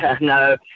No